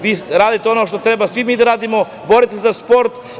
Vi radite ono što treba svi mi da radimo, borite se za sport.